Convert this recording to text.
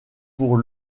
pour